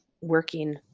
working